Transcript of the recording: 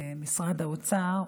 למשרד האוצר,